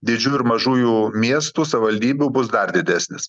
didžiųjų ir mažųjų miestų savivaldybių bus dar didesnis